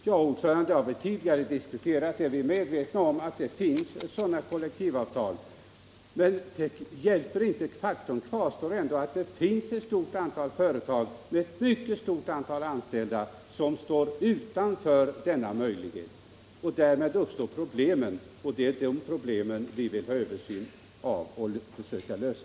Herr talman! Ja, den saken har vi diskuterat tidigare. Vi är medvetna om att det finns sådana kollektivavtal. Men det hjälper inte. Faktum kvarstår ändå att många företag med tillsammans ett mycket stort antal anställda står utanför denna möjlighet, och därmed får vi problem. Det är de problemen vi vill ha en översyn av och försöka lösa.